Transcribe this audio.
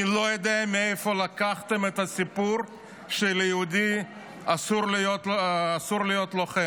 אני לא יודע מאיפה לקחתם את הסיפור שליהודי אסור להיות לוחם.